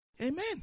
Amen